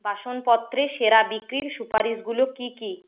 বাসনপত্রে সেরা বিক্রির সুপারিশগুলো কী কী